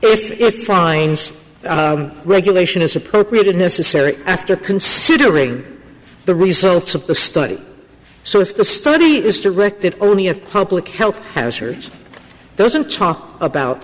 if it finds regulation is appropriate and necessary after considering the results of the study so if the study is directed only a public health hazard doesn't talk about